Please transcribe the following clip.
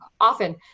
often